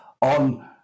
on